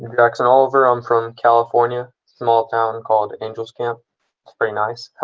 jackson oliver. i'm from california, a small town and called angel's camp. it's pretty nice.